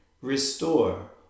Restore